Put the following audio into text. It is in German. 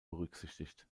berücksichtigt